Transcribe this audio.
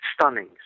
stunning